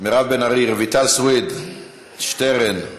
מירב בן ארי, רויטל סויד, שטרן,